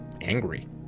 angry